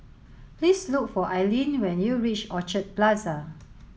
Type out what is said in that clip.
please look for Aileen when you reach Orchard Plaza